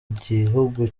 gihugu